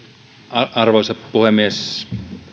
arvoisa puhemies